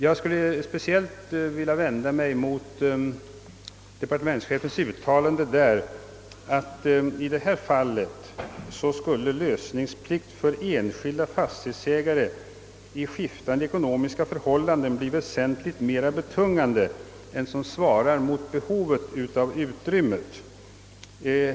Jag skulle särskilt vilja vända mig emot departementschefens uttalande att i detta fall lösningsplikt för enskilda fastighetsägare i skiftande ekonomiska förhållanden skulle bli väsentligt mera betungande än som svarar mot behovet av utrymmet.